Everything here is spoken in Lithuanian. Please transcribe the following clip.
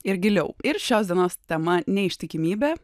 ir giliau ir šios dienos tema neištikimybė